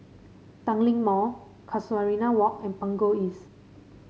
Tanglin Mall Casuarina Walk and Punggol East